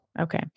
Okay